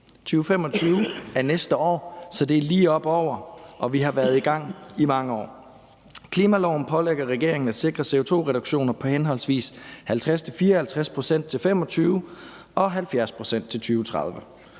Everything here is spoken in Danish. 2025 er næste år, så det er lige op over, og vi har været i gang i mange år. Klimaloven pålægger regeringen at sikre CO2-reduktioner på henholdsvis 50 til 54 pct. til 2025 og 70 pct. til 2030.